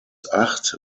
acht